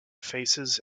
faces